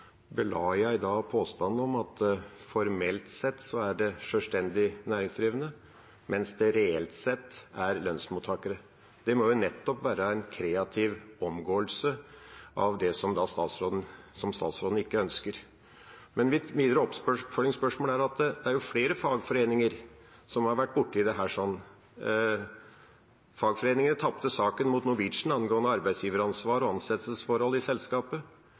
bela jeg påstanden om at det formelt sett er sjølstendig næringsdrivende, mens det reelt sett er lønnsmottakere. Det må jo nettopp være en kreativ omgåelse, som statsråden ikke ønsker. Mitt videre oppfølgingsspørsmål er: Det er flere fagforeninger som har vært borti dette. Fagforeningen tapte saken mot Norwegian angående arbeidsgiveransvar og ansettelsesforhold i selskapet.